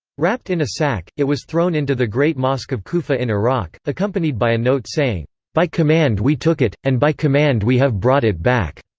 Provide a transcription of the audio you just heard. wrapped in a sack, it was thrown into the great mosque of kufa in iraq, accompanied by a note saying by command we took it, and by command we have brought it back.